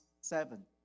seven